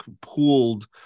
pooled